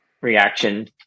reaction